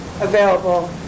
available